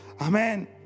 Amen